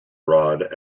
rod